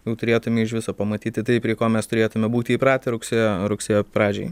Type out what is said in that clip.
jau turėtumėme iš viso pamatyti tai prie ko mes turėtume būti įpratę rugsėjo rugsėjo pradžiai